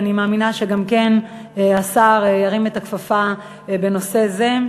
אני מאמינה שהשר ירים את הכפפה גם בנושא זה.